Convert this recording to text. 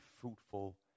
fruitful